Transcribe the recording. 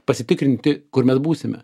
pasitikrinti kur mes būsime